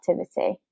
activity